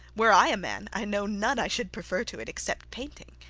were i a man, i know none i should prefer to it, except painting.